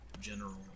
general